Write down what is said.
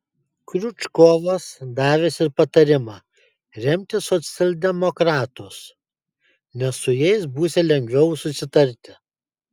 kriučkovas davęs ir patarimą remti socialdemokratus nes su jais būsią lengviau susitarti